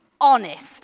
honest